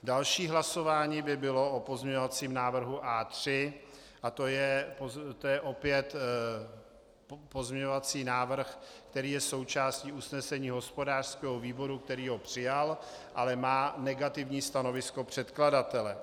Další hlasování by bylo o pozměňovacím návrhu A3 a to je opět pozměňovací návrh, který je součástí usnesení hospodářského výboru, který ho přijal, ale má negativní stanovisko předkladatele.